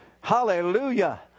Hallelujah